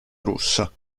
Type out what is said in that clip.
russa